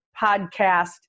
podcast